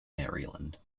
maryland